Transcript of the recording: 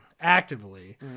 actively